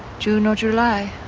june or july,